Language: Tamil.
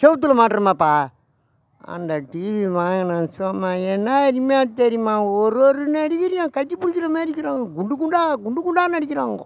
சுவுத்துல மாட்றோமேப்பா அந்த டிவி வாங்கினேன் சும்மா என்னா அருமையாக தெரியுமா ஒரு ஒரு நடிகரையும் கட்டிபிடிக்கிற மாதிரி இருக்கிறாங்க குண்டு குண்டா குண்டு குண்டா நடிக்கிறாங்கோ